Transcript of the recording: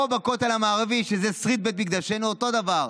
או בכותל המערבי, שזה שריד בית מקדשנו, אותו דבר.